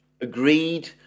agreed